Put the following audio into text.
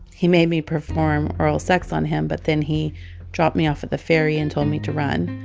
he made me perform oral sex on him. but then he dropped me off at the ferry and told me to run.